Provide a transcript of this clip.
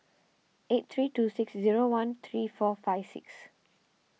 eight three two six zero one three four five six